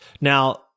Now